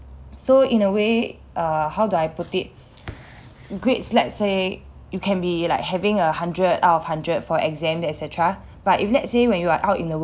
so in a way uh how do I put it grades let say you can be like having a hundred out of hundred for exams et cetera but if let's say when you are out in the world